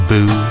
Boo